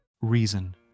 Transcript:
Reason